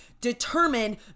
determine